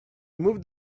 moved